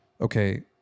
okay